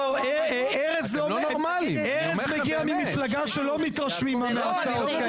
ארז מגיע ממפלגה שלא מתרשמים מהצעות כאלה.